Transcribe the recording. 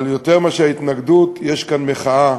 אבל יותר מאשר התנגדות, יש כאן מחאה